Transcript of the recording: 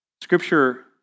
Scripture